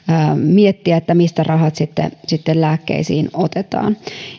miettiä mistä rahat sitten lääkkeisiin otetaan